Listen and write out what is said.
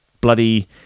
bloody